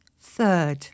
Third